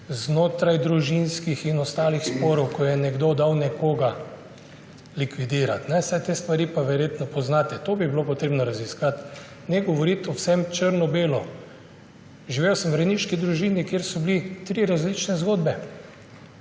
znotrajdružinskih in ostalih sporov, ko je nekdo dal nekoga likvidirati. Saj te stvari pa verjetno poznate. To bi bilo potrebno raziskati, ne govoriti o vsem črno-belo. Živel sem v rejniški družini, kjer so bile tri različne zgodbe.